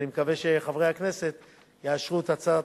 אני מקווה שחברי הכנסת יאשרו את הצעת